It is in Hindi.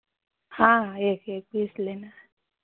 हाँ हाँ एक एक पीस लेना है